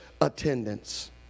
attendance